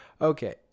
Okay